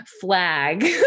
flag